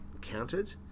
counted